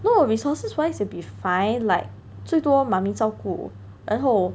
no resources wise will be fine like 最多 mummy 照顾然后